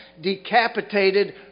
Decapitated